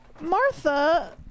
Martha